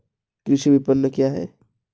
कृषि विपणन क्या है?